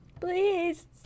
Please